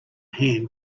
hand